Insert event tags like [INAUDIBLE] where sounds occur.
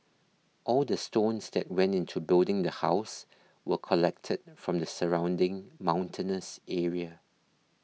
all the stones that went into building the house were collected [NOISE] from the surrounding mountainous area